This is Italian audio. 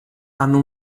hanno